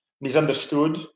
misunderstood